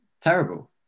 terrible